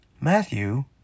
Matthew